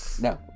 no